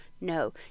No